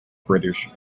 british